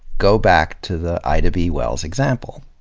go back to the ida b. wells example.